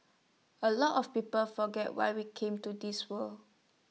A lot of people forget why we came to this world